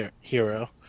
hero